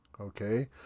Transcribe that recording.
okay